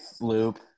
loop